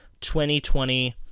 2020